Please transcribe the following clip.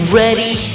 ready